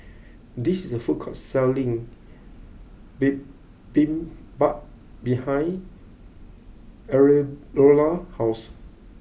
this is a food court selling Bibimbap behind Eleanora's house